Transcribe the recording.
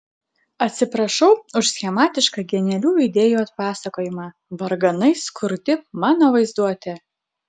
atsiprašau už schematišką genialių idėjų atpasakojimą varganai skurdi mano vaizduotė